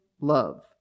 love